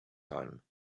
time